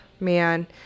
Man